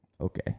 Okay